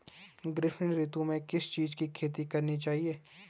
ग्रीष्म ऋतु में किस चीज़ की खेती करनी चाहिये?